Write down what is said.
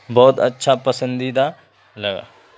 بہت اچھا پسندیدہ لگا